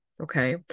Okay